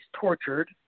tortured